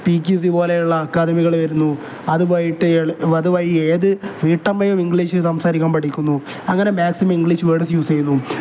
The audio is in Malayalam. സ്പീക്ക് ഈസി പോലെയുള്ള അക്കാദമികൾ വരുന്നു അതുവഴു അതുവഴി ഏത് വീട്ടമ്മയും ഇംഗ്ലീഷ് സംസാരിക്കാൻ പഠിക്കുന്നു അങ്ങനെ മാക്സിമം ഇംഗ്ലീഷ് വേർഡസ് യൂസ് ചെയ്യുന്നു